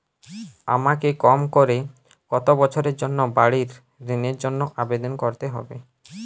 আমাকে কম করে কতো বছরের জন্য বাড়ীর ঋণের জন্য আবেদন করতে হবে?